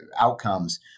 outcomes